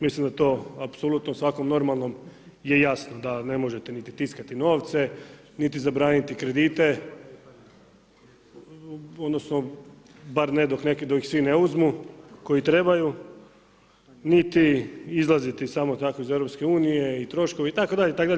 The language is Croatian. Mislim da to apsolutno svakom normalno je jasno da ne možete niti tiskati novce, niti zabraniti kredite, odnosno bar ne dok ih svi ne uzmu koji trebaju, niti izlaziti samo tako iz EU i troškovi, itd., itd.